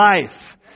life